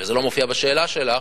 זה לא מופיע בשאלה שלך,